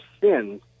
sins